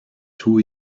two